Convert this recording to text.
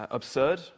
absurd